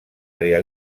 àrea